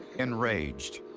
enraged,